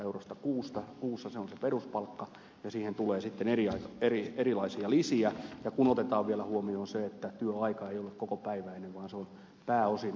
se on se peruspalkka ja siihen tulee sitten erilaisia lisiä ja pitää ottaa vielä huomioon se että työaika ei ole kokopäiväinen vaan se on pääosin osa aikaista